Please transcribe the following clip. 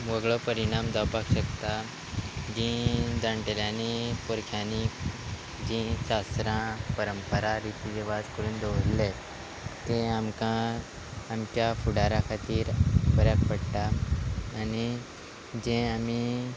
वेगळो परिणाम जावपाक शकता जी जाण्टेल्यांनी पुरख्यांनी जीं शास्त्रां परंपरा रिती रिवाज करून दवरले ते आमकां आमच्या फुडारा खातीर बऱ्याक पडटा आनी जे आमी